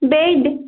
bed